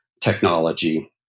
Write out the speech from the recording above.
technology